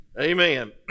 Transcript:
Amen